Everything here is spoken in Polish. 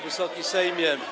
Wysoki Sejmie.